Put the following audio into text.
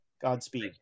Godspeed